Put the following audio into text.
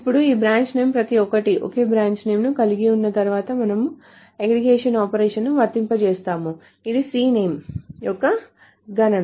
ఇప్పుడు ఈ branch name ప్రతి ఒక్కటి ఒకే బ్రాంచ్ నేమ్ ను కలిగి ఉన్న తర్వాత మనము అగ్రిగేషన్ ఆపరేషన్ను వర్తింపజేస్తాము ఇది cname యొక్క గణన